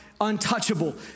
untouchable